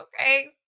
okay